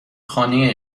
خانه